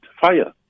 fire